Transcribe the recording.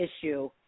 issue